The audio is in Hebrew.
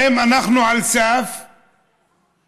האם אנחנו על סף מלחמה,